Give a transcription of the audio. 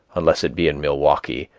unless it be in milwaukee,